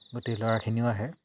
গোটেই ল'ৰাখিনিও আহে